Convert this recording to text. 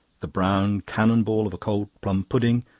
the brown cannon ball of a cold plum-pudding,